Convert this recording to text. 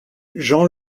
jean